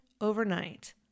overnight